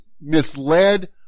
misled